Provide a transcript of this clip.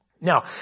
Now